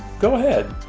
go ahead.